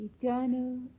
eternal